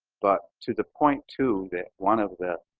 but to the point too that one of the